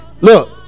Look